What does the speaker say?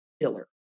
killer